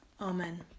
Amen